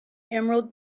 emerald